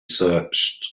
searched